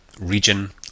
region